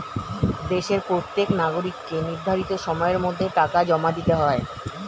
দেশের প্রত্যেক নাগরিককে নির্ধারিত সময়ের মধ্যে টাকা জমা দিতে হয়